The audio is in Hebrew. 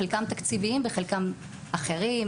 חלקם תקציביים וחלקם אחרים,